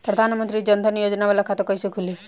प्रधान मंत्री जन धन योजना वाला खाता कईसे खुली?